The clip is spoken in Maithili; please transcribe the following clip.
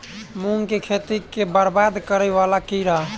मूंग की खेती केँ बरबाद करे वला कीड़ा?